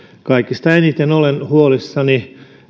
kaikista eniten olen huolissani